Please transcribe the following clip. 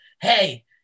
Hey